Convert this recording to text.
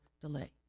delay